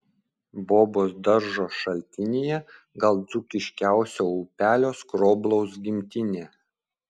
bobos daržo šaltinyje gal dzūkiškiausio upelio skroblaus gimtinė